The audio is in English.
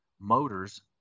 motors